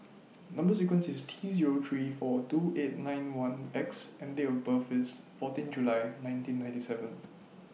Number sequence IS T Zero three four two eight nine one X and Date of birth IS fourteen July nineteen ninety seven